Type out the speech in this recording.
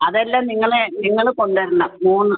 അതെല്ലാം നിങ്ങളെ നിങ്ങൾ കൊണ്ടു വരണം മൂന്ന്